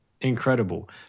incredible